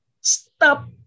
Stop